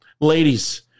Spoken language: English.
ladies